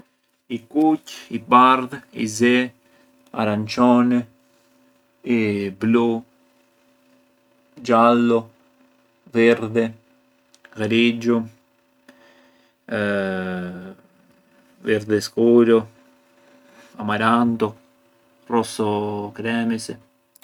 I kuqë, i bardhë, i zi, arançoni, i blu, xhallo, virdhi, ghrixhu, virdhi skuru, amarantu, roso kremisi.